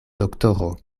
doktoro